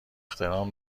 احترام